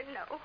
no